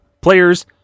players